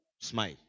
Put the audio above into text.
Smile